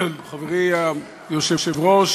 חברי היושב-ראש,